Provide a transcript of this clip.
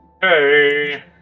hey